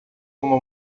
uma